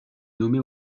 nommé